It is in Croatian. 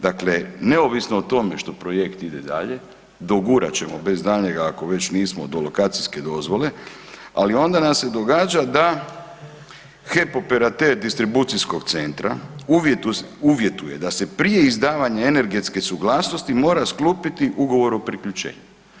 Dakle, neovisno o tome što projekt ide dalje dogurat ćemo bez daljnjega ako već nismo do lokacijske dozvole, ali onda nam se događa da HEP operater distribucijskog centra uvjetuje da se prije izdavanja energetske suglasnosti mora sklopiti ugovor o priključenju.